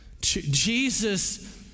Jesus